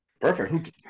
Perfect